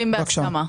20 בהסכמה.